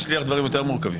אתה מצליח דברים יותר מורכבים.